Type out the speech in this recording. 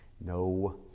No